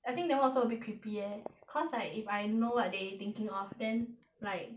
I think that [one] also be creepy eh cause like if I know what they thinking of then like